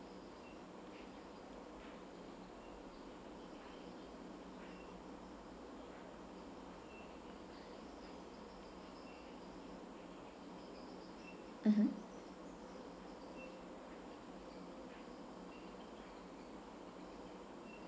mmhmm